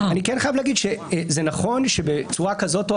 אני כן חייב להגיד שזה נכון שבצורה כזו או